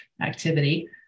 activity